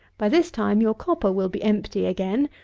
by this time your copper will be empty again,